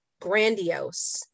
grandiose